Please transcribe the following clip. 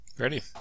ready